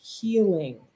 healing